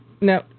Now